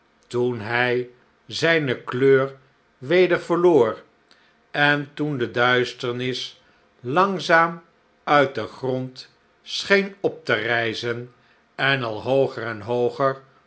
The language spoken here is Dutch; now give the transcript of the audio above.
toen hij zijne kleur weder verloor en toen de duisternis langzaam uit den grond scheen op te rijzen en al hooger en hooger